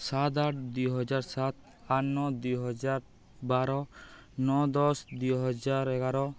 ସାତ ଆଠ ଦୁଇ ହଜାର ସାତ ଆଠ ନଅ ଦୁଇ ହଜାର ବାର ନଅ ଦଶ ଦୁଇ ହଜାର ଏଗାର